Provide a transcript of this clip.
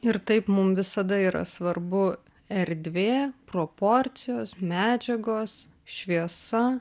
ir taip mum visada yra svarbu erdvė proporcijos medžiagos šviesa